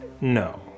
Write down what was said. No